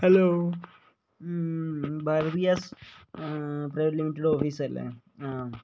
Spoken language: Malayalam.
hello Bharat gas private limited office അല്ലേ ആ